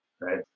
right